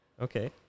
Okay